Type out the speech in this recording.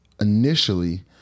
Initially